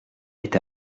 est